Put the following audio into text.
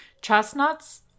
chestnuts